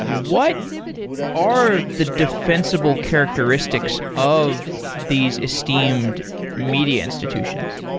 what are the defensible characteristics of these esteemed media institutions?